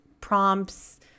prompts